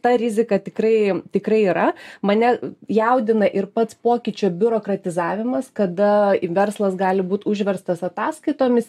ta rizika tikrai tikrai yra mane jaudina ir pats pokyčių biuro kratizavimas kada verslas gali būt užverstas ataskaitomis